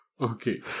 okay